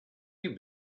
you